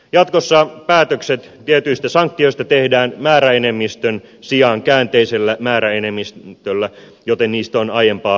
jatkossa päätökset tietyistä sanktioista tehdään määräenemmistön sijaan käänteisellä määräenemmistöllä joten niistä on aiempaa hankalampi luistaa